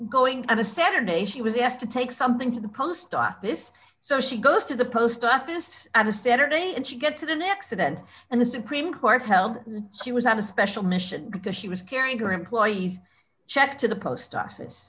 going on a saturday she was asked to take something to the post office so she goes to the post office and a saturday and she gets to the next event and the supreme court held she was had a special mission because she was carrying her employees check to the post office